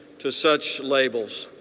to such labels.